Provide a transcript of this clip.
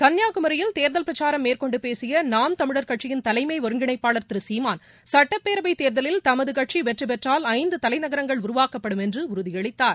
கள்ளியாகுமியில் தேர்தல் பிரச்சாரம் மேற்கொண்டு பேசிய நாம் தமிழர் கட்சியின் தலைமை ஒருங்கிணைப்பாளர் திரு சீமான் சட்டப்பேரவைத் தேர்தலில் தமது கட்சி வெற்றிபெற்றால் தந்து தலைநகரங்கள் உருவாக்கப்படும் என்று உறுதியளித்தார்